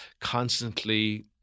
constantly